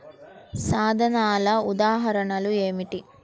సాధనాల ఉదాహరణలు ఏమిటీ?